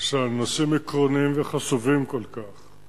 עקרוניים וחשובים כל כך,